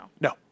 no